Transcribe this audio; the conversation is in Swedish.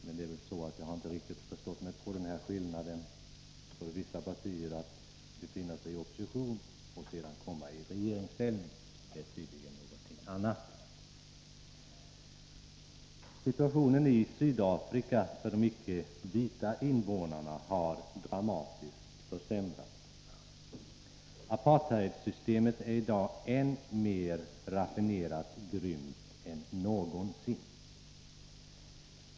Men jag har väl inte förstått mig på den skillnad som inträder för vissa partier när de från att ha varit i opposition kommer i regeringssställning. Det är tydligen någonting annat. Situationen i Sydafrika för de icke vita invånarna har dramatiskt försämrats. Apartheidsystemet är i dag än mer raffinerat grymt än någonsin.